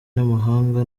n’amahanga